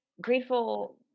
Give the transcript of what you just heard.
grateful